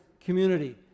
community